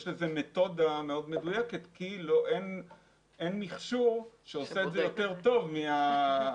יש לזה מתודה מאוד מדויקת כי אין מכשור שעושה את זה יותר טוב מהאדם.